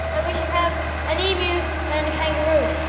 and we should have an emu and a kangaroo.